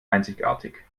einzigartig